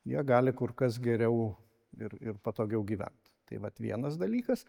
jie gali kur kas geriau ir ir patogiau gyvent tai vat vienas dalykas